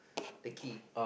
the key